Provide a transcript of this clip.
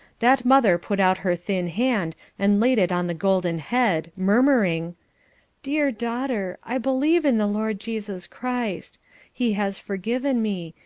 that mother put out her thin hand and laid it on the golden head, murmuring dear daughter, i believe in the lord jesus christ he has forgiven me.